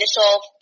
initial